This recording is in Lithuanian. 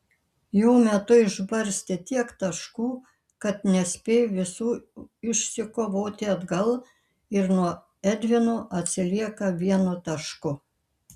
jo metu išbarstė tiek taškų kad nespėjo visų išsikovoti atgal ir nuo edvino atsilieka vienu tašku